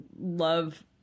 love